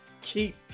keep